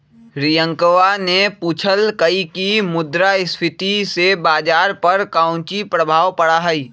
रियंकवा ने पूछल कई की मुद्रास्फीति से बाजार पर काउची प्रभाव पड़ा हई?